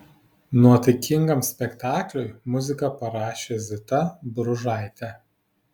nuotaikingam spektakliui muziką parašė zita bružaitė